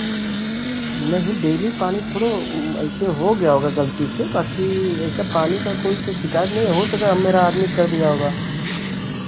नहीं डेली पानी थोड़ो ऐसे हो गया होगा गलती से बाँकी ऐसा पानी का कोई तो शिकायत नहीं या हो सके मेरा आदमी कर दिया होगा